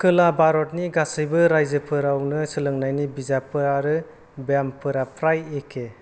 खोला भारतनि गासैबो रायजोफोरावनो सोलोंनायनि बिजाबफोर आरो ब्यामफोरा प्राय एखे